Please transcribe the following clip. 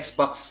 Xbox